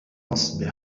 أصبح